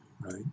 right